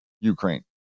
Ukraine